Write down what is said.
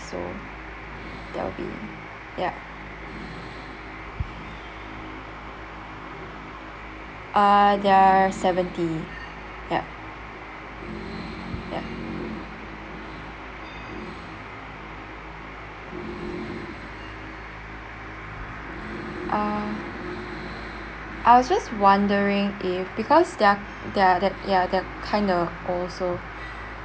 also that will be ya uh they're seventy ya ya uh I was just wondering if because they're they're ya they're kind of old so